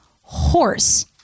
horse